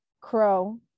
crow